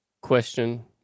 question